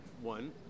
one